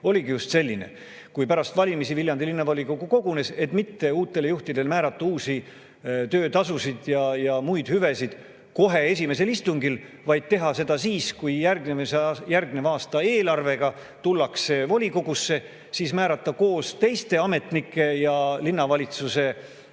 liige. Pärast valimisi Viljandi Linnavolikogu kogunes [ja tehti otsus] uutele juhtidele mitte määrata uusi töötasusid ja muid hüvesid kohe esimesel istungil, vaid teha seda siis, kui järgneva aasta eelarvega tullakse volikogusse – siis määrata koos teiste ametnike ja linnavalitsuse valitsemisalas